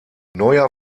neuer